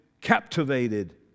captivated